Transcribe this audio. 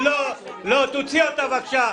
תוציא אותה בבקשה.